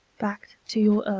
back to